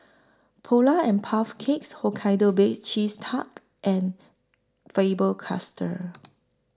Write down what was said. Polar and Puff Cakes Hokkaido Baked Cheese Tart and Faber Castell